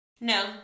No